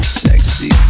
sexy